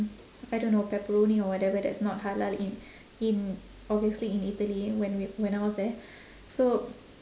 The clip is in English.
I don't know pepperoni or whatever that's not halal in in obviously in italy when we when I was there so